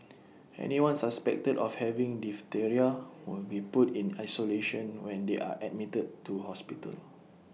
anyone suspected of having diphtheria will be put in isolation when they are admitted to hospital